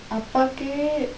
அப்பாக்கு:appaakku